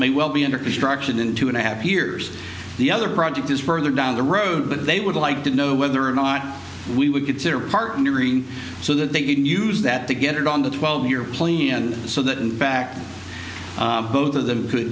may well be under construction in two and a half years the other project is further down the road but they would like to know whether or not we would consider partnering so that they can use that to get on the twelve year play and so that in fact both of them could